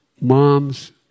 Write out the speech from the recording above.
moms